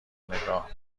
نگاه